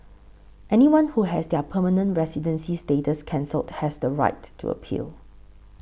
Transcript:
anyone who has their permanent residency status cancelled has the right to appeal